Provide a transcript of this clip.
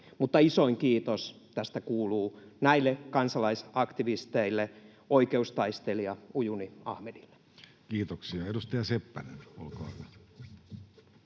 Mutta isoin kiitos tästä kuuluu näille kansalaisaktivisteille, oikeustaistelija Ujuni Ahmedille. [Speech 121] Speaker: